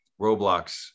Roblox